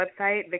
website